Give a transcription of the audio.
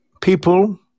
people